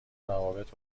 روابط